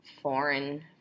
foreign